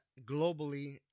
globally